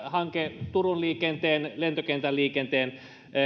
hanke turun liikenteen lentokentän liikenteen